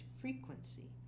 frequency